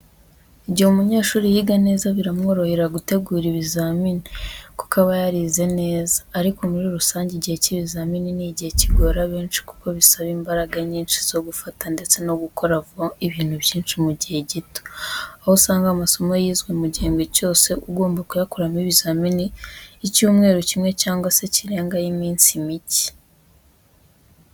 Igihe umunyeshuri yiga neza biramworohera gutegura ibizamini kuko aba yarize neza, ariko muri rusange igihe cy'ibizamini ni igihe kigora benshi kuko bibasaba imbaraga nyinshi zo gufata ndetse no gukora vuba ibintu byinshi mu gihe gito, aho usanga amasomo yizwe mu gihembwe cyose ugomba kuyakoramo ibizamini icyumweru kimwe cyangwa se kirengaho iminsi mike.